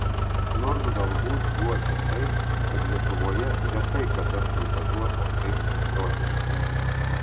nors galbūt guodžia tai kad lietuvoje retai kada fantazuota taip beprotiškai